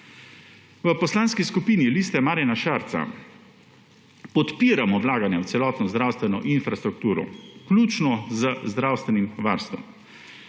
V Poslanski skupini Liste Marjana Šarca podpiramo vlaganja v celotno zdravstveno infrastrukturo, vključno z zdravstvenim varstvom.